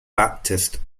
baptist